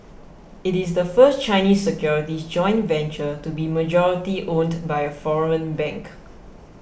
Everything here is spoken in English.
it is the first Chinese securities joint venture to be majority owned by a foreign bank